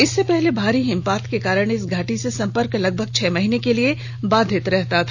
इससे पहले भारी हिमपात के कारण इस घाटी से संपर्क लगभग छह महीने के लिए बाधित हो जाता था